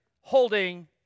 holding